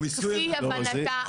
כפי הבנתה.